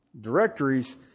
directories